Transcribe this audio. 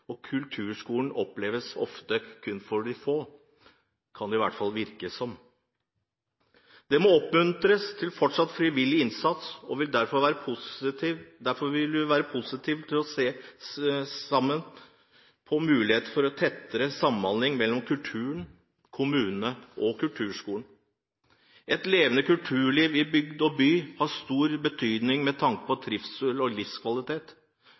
kultur. Kulturskolen er et viktig bidrag der, men dessverre opplever de fleste at det er lange køer, lange ventelister, og at den kun er for de få – det kan i hvert fall virke sånn. Det må oppmuntres til fortsatt frivillig innsats, og derfor vil vi være positive til å se på muligheten for en tettere samhandling mellom kulturen, kommunene og kulturskolene. Et levende kulturliv i bygd og by har stor betydning